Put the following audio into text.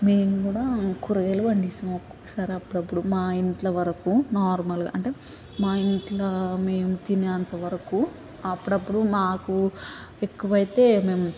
మేము కూడా కూరగాయలు పండిస్తాం ఒకొక్కసారి అప్పుడప్పుడు మా ఇంట్లో వరకు నార్మల్గా అంటే మా ఇంట్లో మేము తినేంతవరకు అప్పుడప్పుడు మాకు ఎక్కువైతే మేము